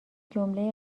جمله